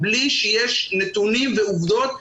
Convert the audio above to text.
בלי שיש נתונים ועובדות.